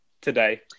today